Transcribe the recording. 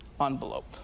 envelope